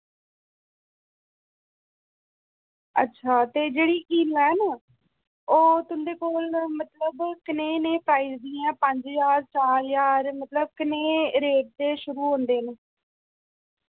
अच्छा ते जेह्ड़ी हीलां हैन ओह् तुं'दे कोल मतलब कनेह् नेह् प्राइस दियां ऐ पंज ज्हार चार ज्हार मतलब कनेह् रेट दे शुरू होंदे न